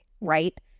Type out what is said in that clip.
right